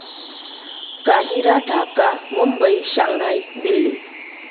काहीरा Dhaka Mumbai Shanghai Delhi